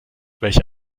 welche